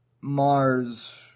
Mars